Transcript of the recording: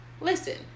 listen